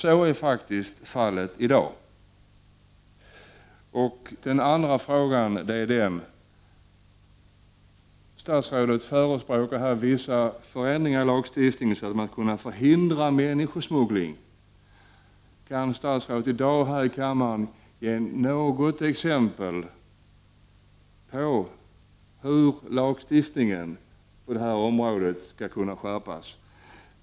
Så gör faktiskt Östtyskland. Statsrådet förespråkar här vissa förändringar i lagen, för att man skall kunna förhindra människosmuggling. Kan statsrådet i dag här i riksdagen ge något exempel på hur lagstiftningen på detta område skall kunna skärpas?